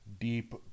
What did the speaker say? deep